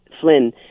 Flynn